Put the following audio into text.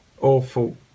awful